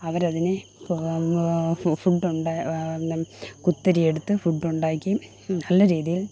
അവരതിനെ ഫുഡുണ്ടെ കുത്തരിയെടുത്ത് ഫുഡുണ്ടാക്കി നല്ല രീതിയില്